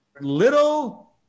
little